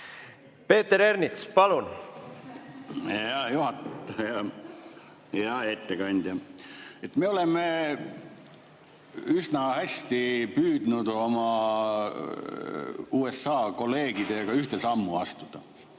Peeter Ernits, palun! Hea juhataja! Hea ettekandja! Me oleme üsna hästi püüdnud oma USA kolleegidega ühte sammu astuda.